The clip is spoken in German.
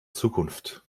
zukunft